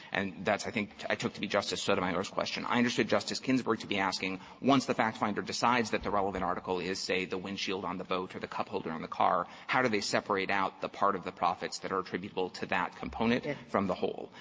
and that's, i think, i took to be justice sotomayor's question. i understood justice ginsburg to be asking once the fact-finder decides that the relevant article is, say, the windshield on the boat or the cup-holder on the car, how do they separate out the part of the profits that are attributable to that component from the whole.